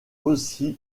aussi